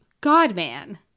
God-man